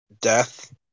death